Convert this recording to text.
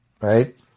right